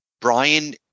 Brian